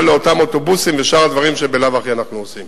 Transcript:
לאותם אוטובוסים ולשאר הדברים שבלאו הכי אנחנו עושים.